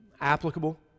applicable